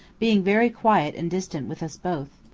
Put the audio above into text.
being very quiet and distant with us both,